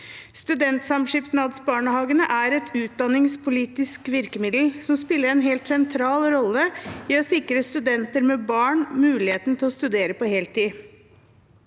Studentsamskipnadsbarnehagene er et utdanningspolitisk virkemiddel som spiller en helt sentral rolle i å sikre studenter med barn muligheten til å studere på heltid.